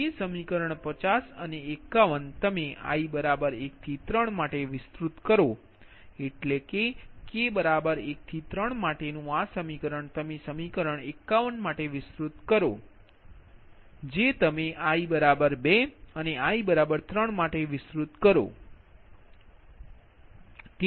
તેથી તે સમીકરણ 50 અને 51 તમે i 1 થી 3 માટે વિસ્તૃત કરો એટલે કે k 1 થી 3 માટેનું આ સમીકરણ તમે સમીકરણ 51 માટે વિસ્તૃત કરો જે તમે i 2 અને i 3 માટે વિસ્તૃત કરો